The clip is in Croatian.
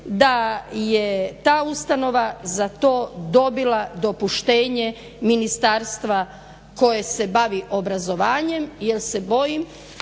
da je ta ustanova za to dobila dopuštenje ministarstva koje se bavi obrazovanjem, jer se bojim